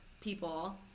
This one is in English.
people